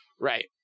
Right